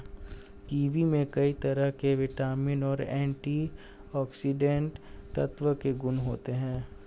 kiwi में कई तरह के विटामिन और एंटीऑक्सीडेंट तत्व के गुण होते है